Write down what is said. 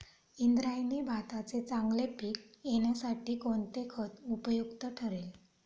इंद्रायणी भाताचे चांगले पीक येण्यासाठी कोणते खत उपयुक्त ठरेल?